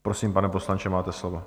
Prosím, pane poslanče, máte slovo.